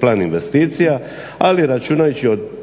plan investicija, ali računajući od